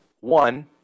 One